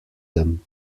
them